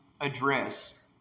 address